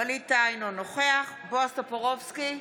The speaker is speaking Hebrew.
אינו נוכח בועז טופורובסקי,